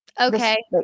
Okay